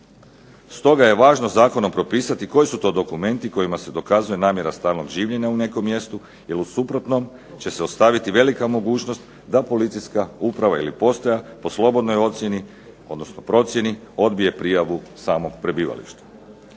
Stoga je važno zakonom propisati koji su to dokumenti kojima se dokazuje namjera stalnog življenja u nekom mjestu jer u suprotnom će se ostaviti velika mogućnost da policijska uprava ili postaja po slobodnoj ocjeni, odnosno procjeni, odbije prijavu samog prebivališta.